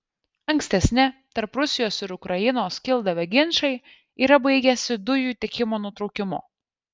ankstesni tarp rusijos ir ukrainos kildavę ginčai yra baigęsi dujų tiekimo nutraukimu